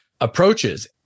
approaches